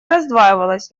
раздваивалась